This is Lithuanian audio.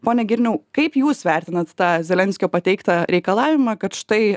pone girniau kaip jūs vertinat tą zelenskio pateiktą reikalavimą kad štai